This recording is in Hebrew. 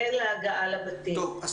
צהריים טובים.